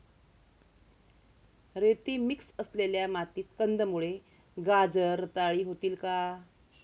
रेती मिक्स असलेल्या मातीत कंदमुळे, गाजर रताळी होतील का?